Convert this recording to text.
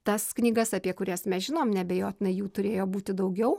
tas knygas apie kurias mes žinom neabejotinai jų turėjo būti daugiau